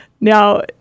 Now